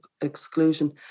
exclusion